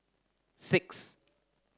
six